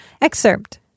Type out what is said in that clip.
excerpt